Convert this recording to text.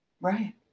Right